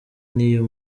n’iyo